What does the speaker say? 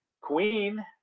queen